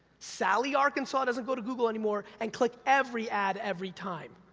sally, arkansas, doesn't go to google anymore and click every ad, every time.